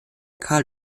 karl